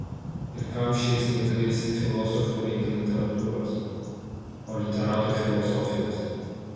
ir kam šiais laikais filosofui reikia literatūros o literatui filosofijos